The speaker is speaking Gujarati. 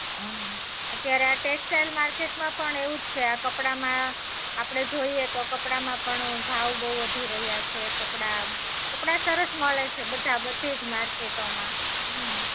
હં અત્યારે આ ટેક્સટાઈલ માર્કેટમાં પણ એવું જ છે આ કપડામાં આપણે જોઈએ તો કપડામાં પણ ભાવ બહુ વધી રહ્યાં છે કપડાં કપડાં સરસ મળે છે બધાં બધે જ માર્કેટોમાં હં